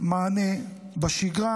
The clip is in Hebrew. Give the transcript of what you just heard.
מענה בשגרה,